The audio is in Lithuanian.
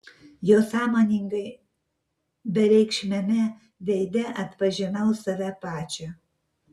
jo sąmoningai bereikšmiame veide atpažinau save pačią